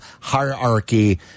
hierarchy